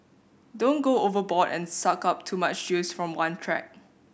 don't go overboard and suck up too much juice from one track